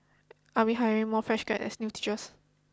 are we hiring more fresh graduates as new teachers